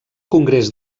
congrés